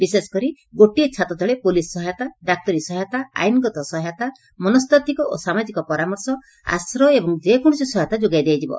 ବିଶେଷକରି ଗୋଟିଏ ଛାତତଳେ ପୋଲିସ୍ ସହାୟତା ଡାକ୍ତରୀ ସହାୟତା ଆଇନଗତ ସହାୟତା ମନସ୍ତାଭ୍ତିକ ଓ ସାମାଜିକ ପରାମର୍ଶ ଆଶ୍ରୟ ଏବଂ ଯେକୌଣସି ସହାୟତା ଯୋଗାଇ ଦିଆଯିବ